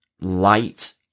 light